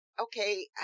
okay